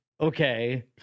Okay